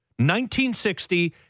1960